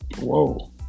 Whoa